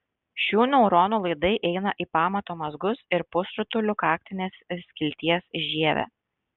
šių neuronų laidai eina į pamato mazgus ir pusrutulių kaktinės skilties žievę